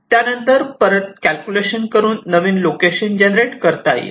त्यानंतर परत कॅल्क्युलेशन करून नवीन लोकेशन जनरेट करता येईल